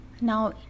Now